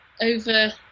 over